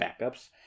backups